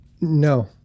No